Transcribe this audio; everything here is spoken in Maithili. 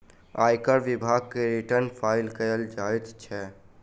आयकर विभाग मे रिटर्न फाइल कयल जाइत छै